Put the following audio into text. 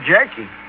Jackie